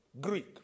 Greek